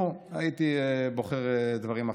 נו, הייתי בוחר דברים אחרים.